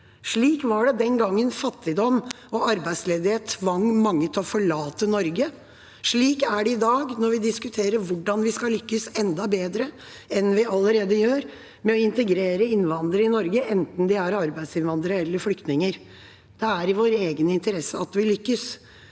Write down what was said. Slik var det den gangen fattigdom og arbeidsledighet tvang mange til å forlate Norge. Slik er det i dag når vi diskuterer hvordan vi skal lykkes enda bedre enn vi allerede gjør, med å integrere innvandrere i Norge, enten de er arbeidsinnvandrere eller flyktninger. Det er i vår egen interesse at vi lykkes.